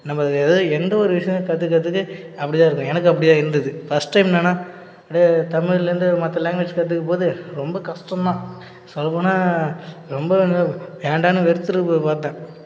நம்ப எதை எந்தவொரு விஷயம் கற்றுக்கறதுக்கு அப்படி தான் இருக்கும் எனக்கும் அப்படி தான் இருந்தது ஃபஸ்ட் டைம் என்னன்னால் அந்த தமிழ்லேருந்து மற்ற லாங்குவேஜ் கற்றுக்கும் போது ரொம்ப கஷ்டம் தான் சொல்லப் போனால் ரொம்ப வேண்டாம்னு வெறுத்துட பார்த்தேன்